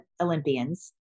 Olympians